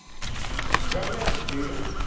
come in, peter,